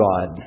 God